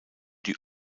die